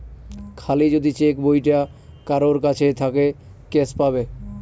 খালি যদি চেক বইটা কারোর কাছে থাকে ক্যাস পাবে